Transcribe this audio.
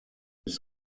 his